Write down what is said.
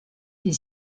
est